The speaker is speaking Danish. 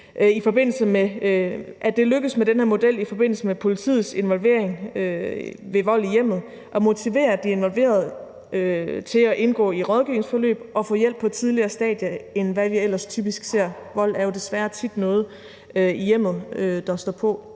– var, at det lykkedes med den her model i forbindelse med politiets involvering ved vold i hjemmet at motivere de involverede til at indgå i rådgivningsforløb og få hjælp på et tidligere stadie, end hvad vi ellers typisk ser. Vold i hjemmet er jo desværre tit noget, der står på